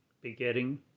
begetting